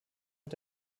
und